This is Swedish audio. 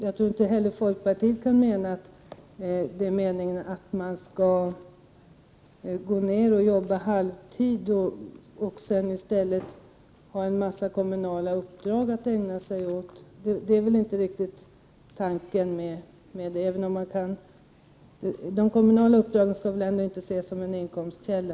Jag tror inte att ni i folkpartiet anser att det är meningen att folk skall gå ned på halvtid för att i stället ägna sig åt en mängd kommunala uppdrag. Det är väl inte riktigt tanken med era förslag. De kommunala uppdragen skall väl ändå inte ses som en inkomstkälla.